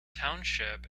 township